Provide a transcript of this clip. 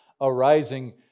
arising